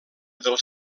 dels